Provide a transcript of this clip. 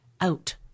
out